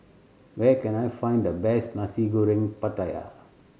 where can I find the best Nasi Goreng Pattaya